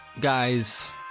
guys